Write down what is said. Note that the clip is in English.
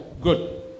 good